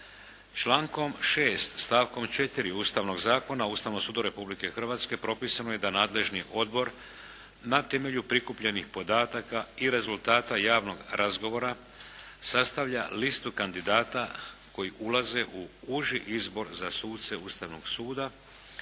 Člankom 6., stavkom 4 Ustavnog zakona o Ustavnom sudu Republike Hrvatske, propisano je da nadležni odbor na temelju prikupljenih podataka i rezultata javnog razgovora sastavlja listu kandidata koji ulaze u uži izbor za suce Ustavnog suda,